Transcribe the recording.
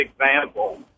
example